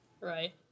right